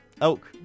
elk